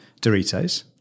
Doritos